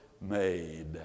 made